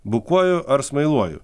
bukuoju ar smailuoju